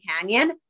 Canyon